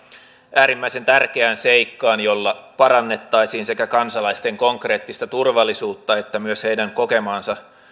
äärimmäisen tärkeään seikkaan jolla parannettaisiin sekä kansalaisten konkreettista turvallisuutta että myös heidän kokemaansa